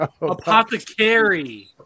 Apothecary